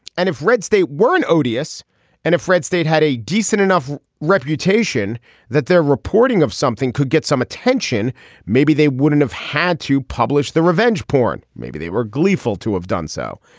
and if red state weren't odious and if red state had a decent enough reputation that their reporting of something could get some attention maybe they wouldn't have had to publish the revenge porn. maybe they were gleeful to have done so.